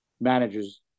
managers